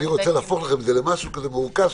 אני רוצה להפוך לכם את זה למשהו כה מורכב,